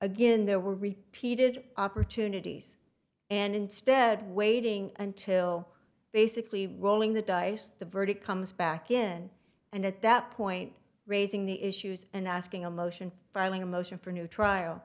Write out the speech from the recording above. again there were repeated opportunities and instead waiting until basically rolling the dice the verdict comes back in and at that point raising the issues and asking a motion filing a motion for a new trial